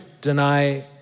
Deny